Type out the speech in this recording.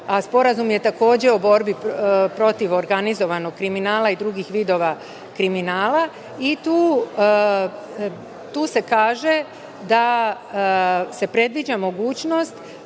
a sporazum je takođe o borbi protiv organizovanog kriminala i drugih vidova kriminala. Tu se kaže da se predviđa mogućnost